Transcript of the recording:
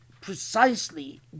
precisely